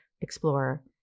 Explorer